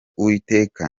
uwiteka